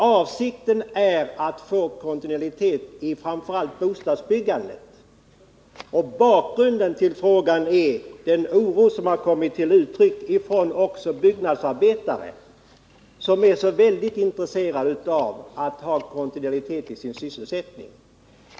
Avsikten med frågan är att få kontinuitet i framför allt bostadsbyggandet, och bakgrunden är den oro som har kommit till uttryck också från byggnadsarbetare, som är väldigt intresserade av att ha kontinuitet i sin sysselsättning.